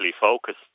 focused